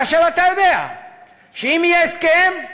כאשר אתה יודע שאם יהיה הסכם,